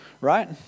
right